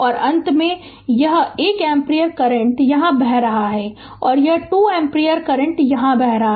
और अंत में यह 1 एम्पीयर करंट यहाँ बह रहा है और 2 एम्पीयर करंट यहाँ बह रहा है